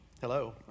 Hello